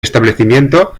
establecimiento